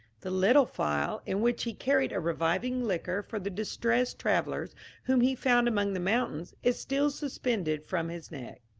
the little phial, in which he carried a reviving liquor for the distressed travellers whom he found among the mountains, is still suspended from his neck.